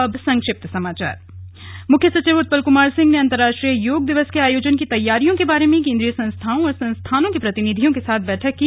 अब संक्षिप्त समाचार मुख्य सचिव उत्पल कुमार सिंह ने अंतरराष्ट्रीय योग दिवस के आयोजन की तैयारियों के बारे में केंद्रीय संस्थाओं और संस्थानों के प्रतिनिधियों के साथ बैठक की